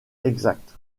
exacte